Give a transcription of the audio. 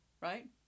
right